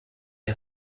are